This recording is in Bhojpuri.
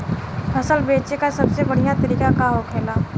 फसल बेचे का सबसे बढ़ियां तरीका का होखेला?